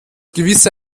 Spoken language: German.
gewisse